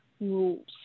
rules